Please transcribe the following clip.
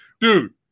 Dude